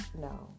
no